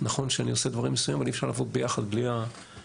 נכון שאני עושה דברים מסוימים אבל אי אפשר לעבוד ביחד בלי האשראי,